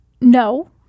no